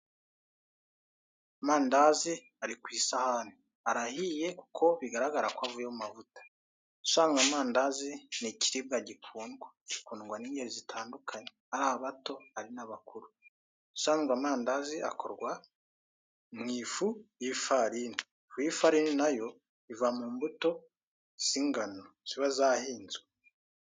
Amandazi ari kwisahane, arahiye kuko bigaragara ko avuye mumavuta, ubusanzwe amandazi ni ikiribwa gikundwa, gikundwa n' ingeri zitandukanye, ari abato ari n'abakuru , ubusanzwe amandazi akorwa mu ifu y' ifarini, ifarini nayo iva mumbuto z' ingano ziba zahinzwe.